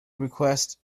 request